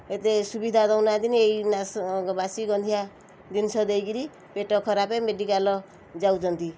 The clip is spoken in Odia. ଏତେ ସୁବିଧା ଦଉନାହାଁନ୍ତି ନି ଏଇ ନାସ ବାସି ଗନ୍ଧିଆ ଜିନିଷ ଦେଇକିରି ପେଟ ଖାରାପେ ମେଡ଼ିକାଲ୍ ଯାଉଛନ୍ତି